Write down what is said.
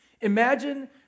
Imagine